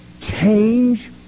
change